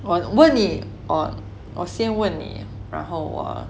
我问你我我先问你然后我